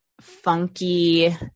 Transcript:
funky